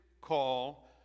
call